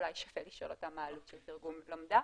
אולי שווה לשאול אותם מה העלות של תרגום לומדה.